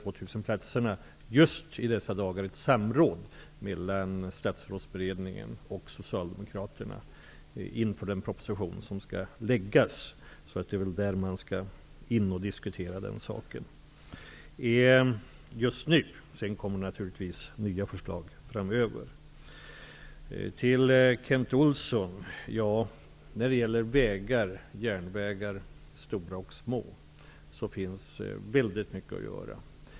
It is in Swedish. I dessa dagar pågår ett samråd mellan statsrådsberedningen och Socialdemokraterna om de diskuterade 2 000 platserna inför den proposition som skall läggas fram. Framöver kommer givetvis nya förslag. Kent Olsson, när det gäller stora och små vägar och järnvägar finns det väldigt mycket att göra.